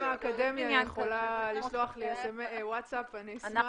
אם האקדמיה יכולה לשלוח לי ווטסאפ, אני אשמח.